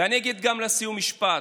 ואני אגיד לסיום משפט: